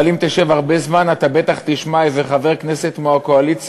אבל אם תשב הרבה זמן אתה בטח תשמע איזה חבר כנסת מהקואליציה